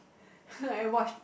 and watch